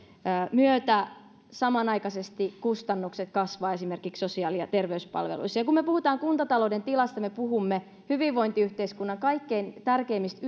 myötä samanaikaisesti kustannukset kasvavat esimerkiksi sosiaali ja terveyspalveluissa kun me puhumme kuntatalouden tilasta me puhumme hyvinvointiyhteiskunnan kaikkein tärkeimmistä